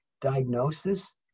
diagnosis